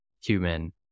human